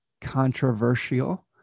controversial